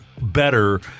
better